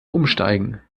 umsteigen